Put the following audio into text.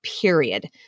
Period